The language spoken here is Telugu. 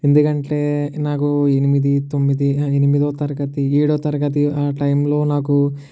ఎందుకంటే నాకు ఎనిమిది తొమ్మిది ఆ ఎనిమిదో తరగతి ఏడో తరగతి ఆ టైంలో నాకు